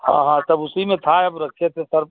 हाँ हाँ सब उसी में था अब रखे थे सर